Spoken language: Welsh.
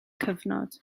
cyfnod